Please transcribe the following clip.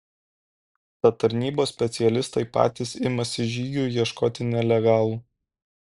tad tarnybos specialistai patys imasi žygių ieškoti nelegalų